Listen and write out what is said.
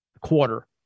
quarter